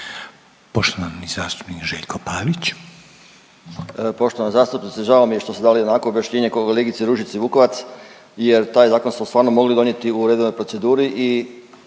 (Socijaldemokrati)** Poštovana zastupnice, žao mi je što ste dali onako objašnjenje kolegici Ružici Vukovac jer taj zakon ste stvarno mogli donijeti u redovnoj proceduri i